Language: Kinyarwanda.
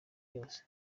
yose